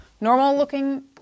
normal-looking